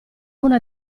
una